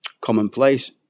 Commonplace